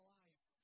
life